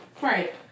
Right